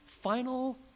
final